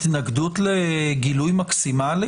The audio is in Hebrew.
התנגדות לגילוי מקסימלי,